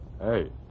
hey